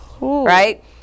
right